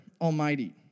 Almighty